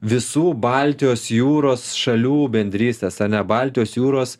visų baltijos jūros šalių bendrystės ar ne baltijos jūros